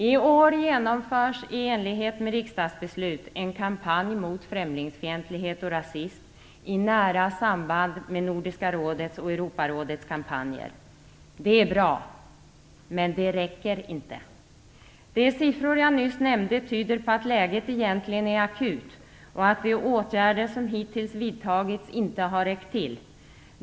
I år genomförs, i enlighet med ett riksdagsbeslut, en kampanj mot främlingsfientlighet och rasism i nära samband med Nordiska rådets och Europarådets kampanjer. Det är bra, men det räcker inte. De siffror jag nyss nämnde tyder på att läget egentligen är akut och att de åtgärder som hittills vidtagits inte har räckt till.